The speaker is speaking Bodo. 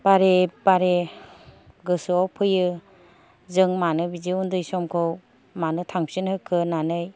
बारे बारे गोसोआव फैयो जों मानो बिदि उन्दै समखौ मानो थांफिनहोखो होननानै